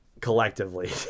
collectively